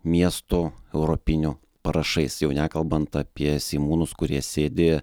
miestų europinių parašais jau nekalbant apie seimūnus kurie sėdi